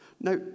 Now